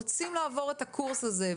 רוצים לעבור את הקורס הזה,